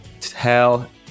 tell